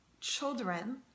children